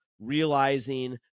realizing